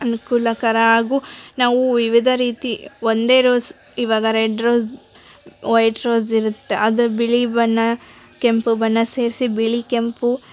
ಅನುಕೂಲಕರ ಹಾಗೂ ನಾವು ವಿವಿಧ ರೀತಿ ಒಂದೇ ರೋಸ್ ಇವಾಗ ರೆಡ್ ರೋಸ್ ವೈಟ್ ರೋಸ್ ಇರುತ್ತೆ ಅದು ಬಿಳಿ ಬಣ್ಣ ಕೆಂಪು ಬಣ್ಣ ಸೇರಿಸಿ ಬಿಳಿ ಕೆಂಪು